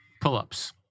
pull-ups